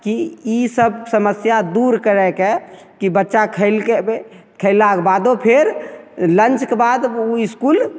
कि ईसब समस्या दूर करैके कि बच्चा खएलकै खएलाके बादो फेर लन्चके बाद ओ इसकुल